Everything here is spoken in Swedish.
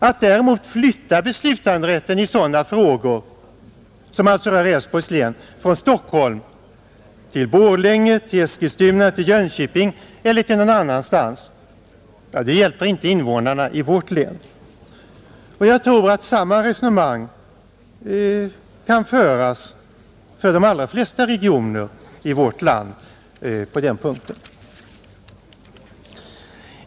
Att däremot flytta beslutanderätten i sådana frågor — som alltså rör Älvsborgs län — från Stockholm till Borlänge, Eskilstuna, Jönköping eller någon annanstans, det hjälper inte invånarna i vårt län, Jag tror att samma resonemang kan föras för de allra flesta regioner i vårt land på den punkten.